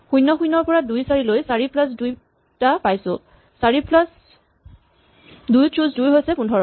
০ ০ ৰ পৰা ২ ৪ লৈ ৪ প্লাচ ২ টা পাইছো ৪ প্লাচ ২ ছুজ ২ হৈছে ১৫